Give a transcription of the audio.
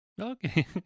okay